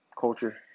culture